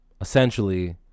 Essentially